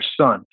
son